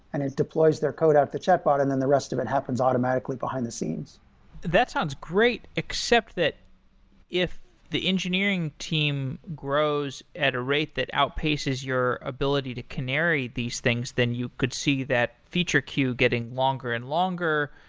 and it deploys their code out the chat bot, and then the rest of it happens automatically behind the scenes that sounds great, except that if the engineering team grows at a rate that outpaces your ability to canary these things, then you could see that feature queue getting longer and longer.